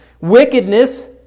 Wickedness